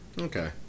okay